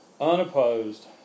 unopposed